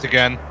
Again